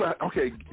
Okay